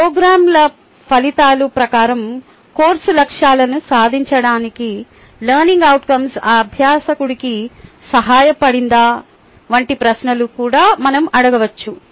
ప్రోగ్రామ్ల ఫలితాల ప్రకారం కోర్సు లక్ష్యాలను సాధించడానికి LO అభ్యాసకుడికి సహాయపడిందా వంటి ప్రశ్నలను కూడా మనం అడగవచ్చు